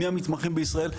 מי המתמחים בישראל,